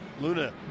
Luna